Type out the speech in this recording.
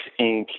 Inc